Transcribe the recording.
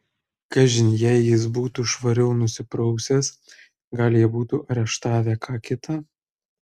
kažin jei jis būtų švariau nusiprausęs gal jie būtų areštavę ką kitą